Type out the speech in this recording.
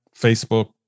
Facebook